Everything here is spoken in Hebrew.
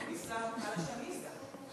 על השמיסה.